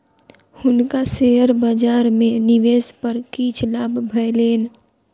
हुनका शेयर बजार में निवेश पर किछ लाभ भेलैन